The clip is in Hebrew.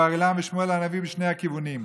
בר אילן ושמואל הנביא בשני הכיוונים.